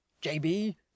J.B